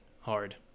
hard